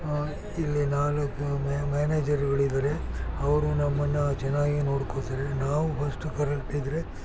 ಇಲ್ಲಿ ನಾಲ್ಕು ಮ್ಯಾನೇಜರ್ಗಳು ಇದ್ದರೆ ಅವರು ನಮ್ಮನ್ನು ಚೆನ್ನಾಗೇ ನೋಡ್ಕೊಳ್ತಾರೆ ನಾವು ಫಸ್ಟ್ ಕರೆಕ್ಟ್ ಇದ್ದರೆ